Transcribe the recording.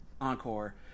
Encore